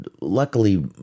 luckily